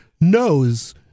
knows